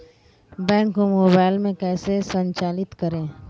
Bank को mobile में कैसे संचालित करें?